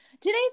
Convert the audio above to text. Today's